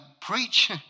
preach